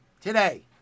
today